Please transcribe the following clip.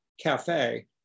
cafe